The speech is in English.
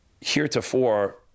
Heretofore